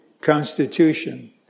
constitution